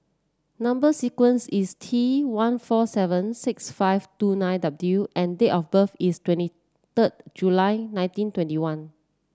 number sequence is T one four seven six five two nine W and date of birth is twenty third July nineteen twenty one